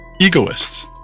egoists